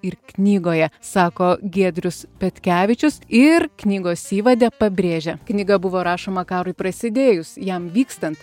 ir knygoje sako giedrius petkevičius ir knygos įvade pabrėžia knyga buvo rašoma karui prasidėjus jam vykstant